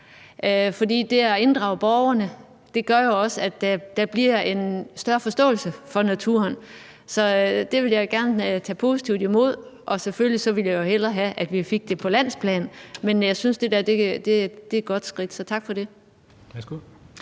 for det at inddrage borgerne gør jo også, at der bliver en større forståelse for naturen. Så det vil jeg gerne tage positivt imod. Selvfølgelig ville jeg hellere have, at vi fik det på landsplan, men jeg synes, at det der er et godt skridt, så tak for det.